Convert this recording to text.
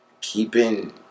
Keeping